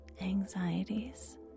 anxieties